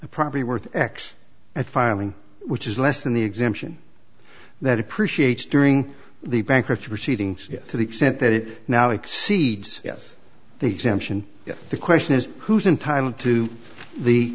a property worth x at filing which is less than the exemption that appreciates during the bankruptcy proceedings to the extent that it now exceeds yes the exemption the question is who's entitle to the